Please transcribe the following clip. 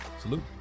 Salute